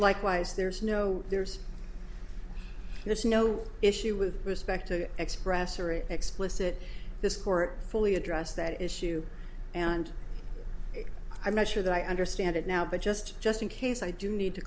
likewise there's no there's no issue with respect to express or explicit this court fully address that issue and i'm not sure that i understand it now but just just in case i do need to